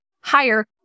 higher